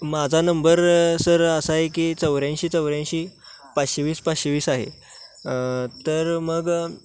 माझा number sir असं आहे की चौऱ्यांशी चौऱ्यांशी पाचशे वीस पाचशे वीस आहे तर मग